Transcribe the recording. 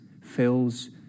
fills